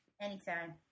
Anytime